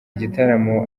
igitaramo